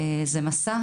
זה מסע,